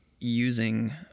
using